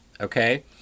okay